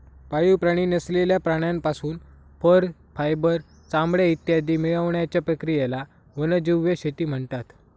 पाळीव प्राणी नसलेल्या प्राण्यांपासून फर, फायबर, चामडे इत्यादी मिळवण्याच्या प्रक्रियेला वन्यजीव शेती म्हणतात